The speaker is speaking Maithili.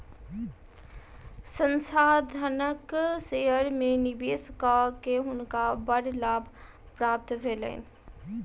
संस्थानक शेयर में निवेश कय के हुनका बड़ लाभ प्राप्त भेलैन